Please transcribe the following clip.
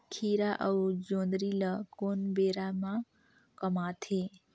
खीरा अउ जोंदरी ल कोन बेरा म कमाथे?